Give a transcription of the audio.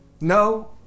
No